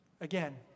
Again